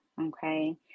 okay